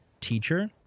teacher